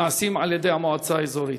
נעשים על-ידי המועצה האזורית.